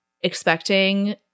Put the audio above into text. expecting